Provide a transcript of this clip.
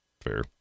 fair